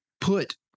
put